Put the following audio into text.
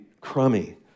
crummy